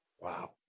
Wow